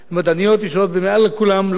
ומעל כולן לוחמות בצה"ל,